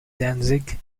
danzig